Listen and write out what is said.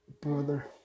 brother